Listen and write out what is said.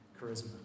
charisma